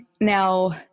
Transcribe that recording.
now